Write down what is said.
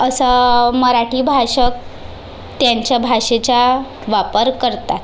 असा मराठी भाषक त्यांच्या भाषेचा वापर करतात